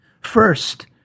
First